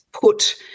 put